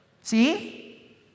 See